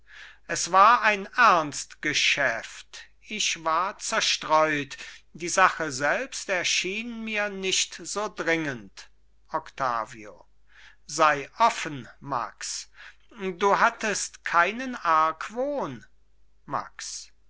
es war ein ernst geschäft ich war zerstreut die sache selbst erschien mir nicht so dringend octavio sei offen max du hattest keinen argwohn max